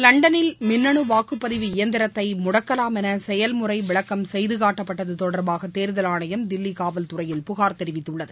லண்டனில் மின்னனு வாக்குப்பதிவு இயந்திரத்தை முடக்கலாம் என செயல்முறை விளக்கம் செய்து காட்டப்பட்டது தொடர்பாக தேர்தல் ஆணையம் தில்லி காவல் துறையில் புகார் தெரிவித்துள்ளது